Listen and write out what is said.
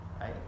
right